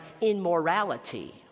immorality